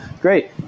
great